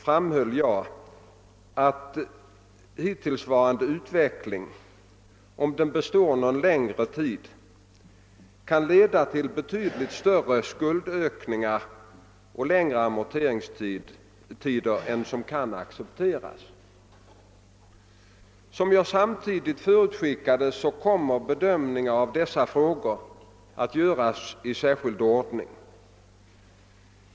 13, s. 220) framhöll jag att hittillsvarande utveckling, om den består någon längre tid, kan leda till betydligt större skuldökningar och längre amorteringstider än som kan accepteras. Som jag samtidigt förutskickade kommer bedömningar av dessa frågor att göras i särskild ordning.